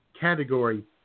category